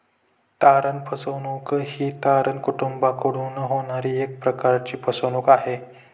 तारण फसवणूक ही तारण कुटूंबाकडून होणारी एक प्रकारची फसवणूक आहे